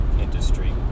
industry